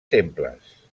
temples